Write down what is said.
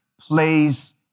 plays